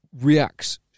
reacts